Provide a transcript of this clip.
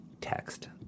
text